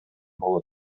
болот